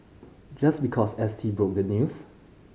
just because S T broke the news